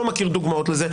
אני לא מכיר דוגמאות לזה,